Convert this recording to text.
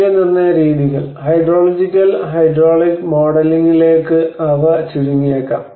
മൂല്യനിർണ്ണയ രീതികൾ hydrological hydraulic മോഡലിംഗിലേക്ക് അവ ചുരുങ്ങിയേക്കാം